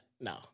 no